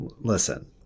listen